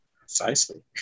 Precisely